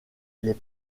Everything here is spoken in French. les